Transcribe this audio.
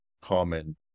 common